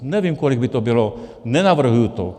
Nevím, kolik by to bylo, nenavrhuji to.